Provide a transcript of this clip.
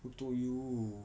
who told you